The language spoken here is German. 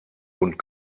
und